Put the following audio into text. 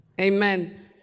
Amen